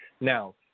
Now